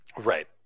Right